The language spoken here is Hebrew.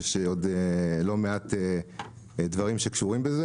יש עוד לא מעט דברים שקשורים בזה,